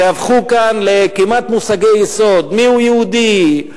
שהפכו כאן כמעט למושגי יסוד: מיהו יהודי,